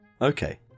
Okay